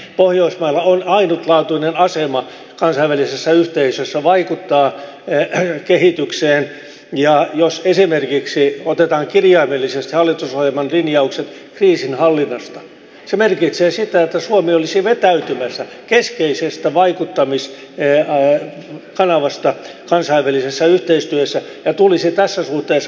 pohjoismailla on ainutlaatuinen asema kansainvälisessä yhteisössä vaikuttaa kehitykseen ja jos esimerkiksi otetaan kirjaimellisesti hallitusohjelman linjaukset kriisinhallinnasta se merkitsee sitä että suomi olisi vetäytymässä keskeisestä vaikuttamiskanavasta kansainvälisessä yhteistyössä ja tulisi tässä suhteessa poikkeamaan muista pohjoismaista